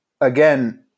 again